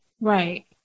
Right